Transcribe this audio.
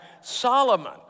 Solomon